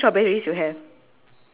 but no banana lah ya